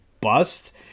bust